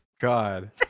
God